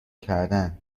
کردن